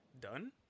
done